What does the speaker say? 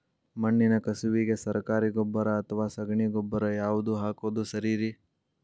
ಮಣ್ಣಿನ ಕಸುವಿಗೆ ಸರಕಾರಿ ಗೊಬ್ಬರ ಅಥವಾ ಸಗಣಿ ಗೊಬ್ಬರ ಯಾವ್ದು ಹಾಕೋದು ಸರೇರಿ?